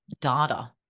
data